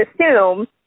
assume